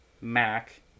Mac